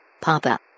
Papa